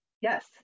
Yes